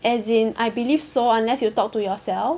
as in I believe so unless you talk to yourself